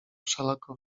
wszelako